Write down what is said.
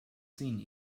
seen